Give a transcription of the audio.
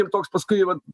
ir toks paskui vat